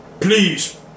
please